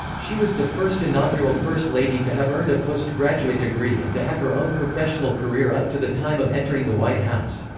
she was the first inaugural first lady to have earned a postgraduate degree and to have her own professional career up to the time of entering the white house.